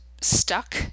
stuck